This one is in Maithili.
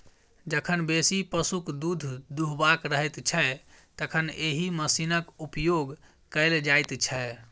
जखन बेसी पशुक दूध दूहबाक रहैत छै, तखन एहि मशीनक उपयोग कयल जाइत छै